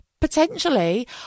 potentially